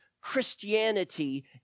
Christianity